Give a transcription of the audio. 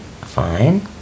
fine